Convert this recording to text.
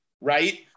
Right